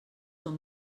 són